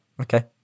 Okay